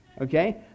okay